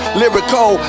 lyrical